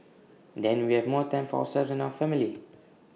then we have more time for ourselves and our family